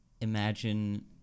imagine